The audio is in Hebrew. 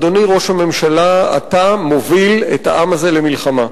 אדוני ראש הממשלה, אתה מוביל את העם הזה למלחמה.